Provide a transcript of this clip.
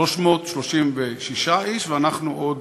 336 איש, ואנחנו עוד,